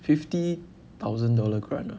fifty thousand dollar correct or not